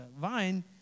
vine